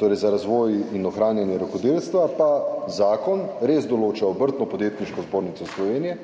torej za razvoj in ohranjanje rokodelstva pa zakon res določa Obrtno-podjetniško zbornico Slovenije,